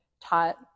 taught